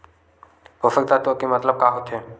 पोषक तत्व के मतलब का होथे?